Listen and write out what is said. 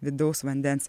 vidaus vandens